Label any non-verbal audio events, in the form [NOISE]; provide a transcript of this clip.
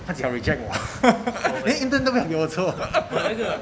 他只要 reject 我 [LAUGHS] !hey! intern 都没有给我做 [LAUGHS]